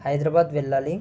హైదరబాద్ వెళ్ళాలి